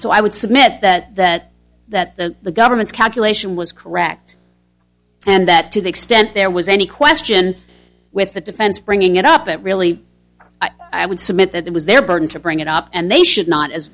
so i would submit that that that the government's calculation was correct and that to the extent there was any question with the defense bringing it up it really i would submit that it was their burden to bring it up and they should not as